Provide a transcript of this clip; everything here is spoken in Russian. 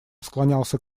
склонялся